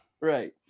right